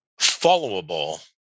followable